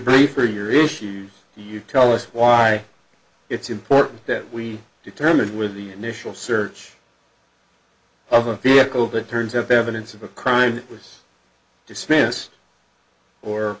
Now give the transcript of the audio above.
brief or your issue you tell us why it's important that we determine where the initial search of a vehicle that turns of evidence of a crime was